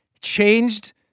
changed